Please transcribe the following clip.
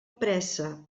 pressa